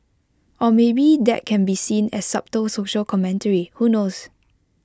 or maybe that can be seen as subtle social commentary who knows